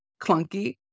clunky